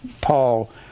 Paul